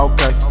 Okay